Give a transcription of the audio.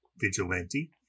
vigilante